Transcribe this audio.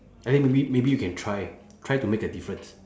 I think maybe maybe you can try try to make a difference